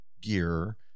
gear